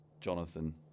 Jonathan